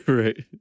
right